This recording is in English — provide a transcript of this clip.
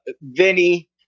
Vinny